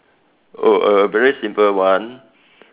oh a very simple one